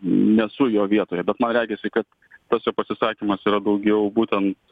nesu jo vietoje bet man regisi kad tas jo pasisakymas yra daugiau būtent